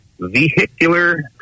vehicular